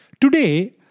Today